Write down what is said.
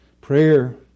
Prayer